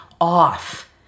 off